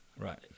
Right